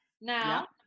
now